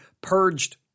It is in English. purged